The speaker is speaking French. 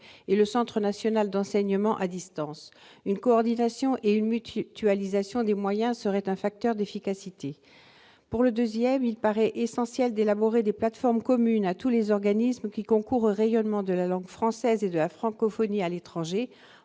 et le Centre national d'enseignement à distance. Une coordination et une mutualisation des moyens seraient facteur d'efficacité. Deuxièmement, il paraît essentiel d'élaborer des plateformes communes à tous les organismes qui concourent au rayonnement de la langue française et de la francophonie à l'étranger,